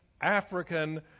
African